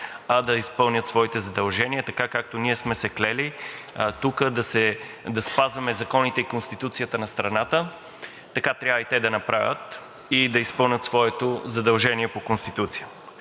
а да изпълнят своите задължения. Така, както ние сме се клели тук да спазваме Конституцията и законите на страната, така трябва и те да направят и да изпълнят своето задължение по Конституция.